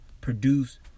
produce